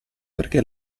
perché